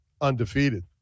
undefeated